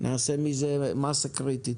נעשה מזה מסה קריטית'.